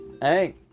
hey